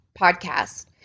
podcast